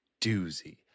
doozy